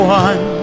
one